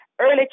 early